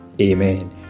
Amen